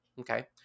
Okay